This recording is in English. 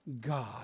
God